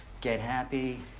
get happy,